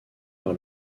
par